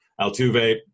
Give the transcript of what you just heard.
Altuve